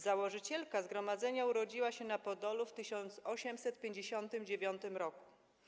Założycielka zgromadzenia urodziła się na Podolu w 1859 r.